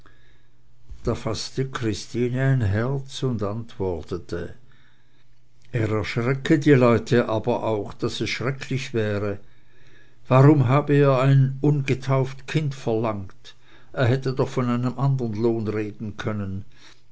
da faßte christine ein herz und antwortete er erschrecke aber die leute auch daß es schrecklich wäre warum habe er ein ungetauft kind verlangt er hätte doch von einem andern lohn reden können